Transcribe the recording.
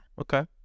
Okay